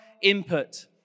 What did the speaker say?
input